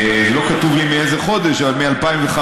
לא כתוב לי מאיזה חודש, אבל מ-2015.